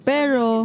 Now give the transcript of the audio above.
Pero